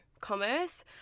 commerce